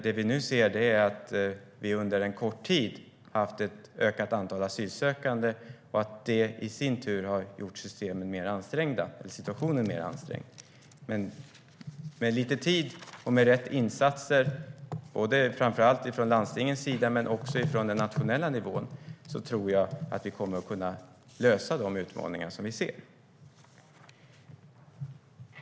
Det vi nu ser är nämligen att vi under en kort tid har haft ett ökat antal asylsökande och att det i sin tur har gjort situationen mer ansträngd. Med lite tid och med rätt insatser, framför allt från landstingens sida men också på den nationella nivån, tror jag dock att vi kommer att kunna lösa de utmaningar vi ser.